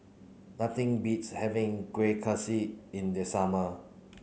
nothing beats having Kueh Kaswi in the summer